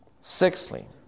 Sixthly